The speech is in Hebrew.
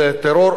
או ארגון טרור,